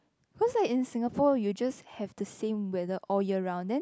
cause like in Singapore you just have the same weather all year round then